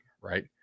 right